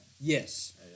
Yes